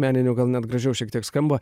meninių gal net gražiau šiek tiek skamba